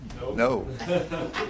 No